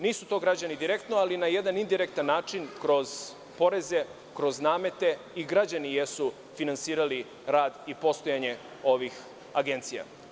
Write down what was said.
Nisu to građani direktno, ali na jedan indirektan način kroz poreze, kroz namete i građani jesu finansirali rad i postojanje ovih agencija.